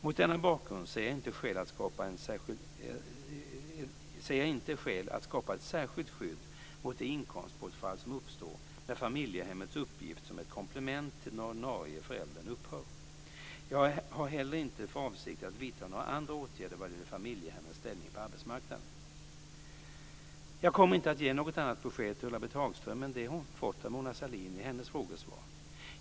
Mot denna bakgrund ser jag inte skäl att skapa ett särskilt skydd mot det inkomstbortfall som uppstår när familjehemmets uppgift som ett komplement till den ordinarie föräldern upphör. Jag har inte heller för avsikt att vidta några andra åtgärder vad gäller familjehemmens ställning på arbetsmarknaden." Jag kommer inte att ge något annat besked till Ulla-Britt Hagström än det hon fått av Mona Sahlin i hennes frågesvar.